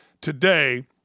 today